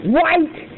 white